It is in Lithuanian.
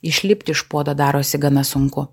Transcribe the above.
išlipti iš puodo darosi gana sunku